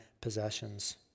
possessions